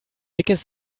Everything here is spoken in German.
dickes